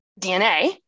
DNA